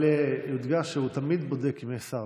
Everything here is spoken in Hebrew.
אבל יודגש שהוא תמיד בודק אם יש שר.